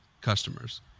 customers